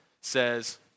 says